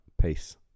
peace